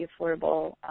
Affordable